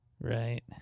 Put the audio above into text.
Right